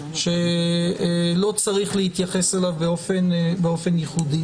שלא צריך להתייחס אליו באופן ייחודי.